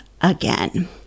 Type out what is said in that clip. again